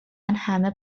همه